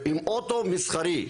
עם אוטו מסחרי.